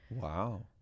Wow